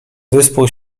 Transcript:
wyspą